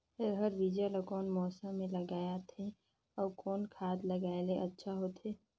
रहर बीजा ला कौन मौसम मे लगाथे अउ कौन खाद लगायेले अच्छा होथे?